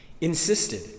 insisted